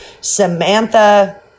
Samantha